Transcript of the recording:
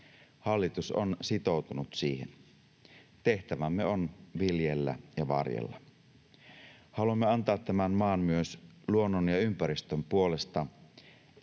Hallitus on sitoutunut siihen. Tehtävämme on viljellä ja varjella. Haluamme antaa tämän maan myös luonnon ja ympäristön puolesta